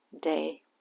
day